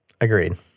agreed